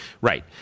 Right